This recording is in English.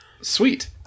Sweet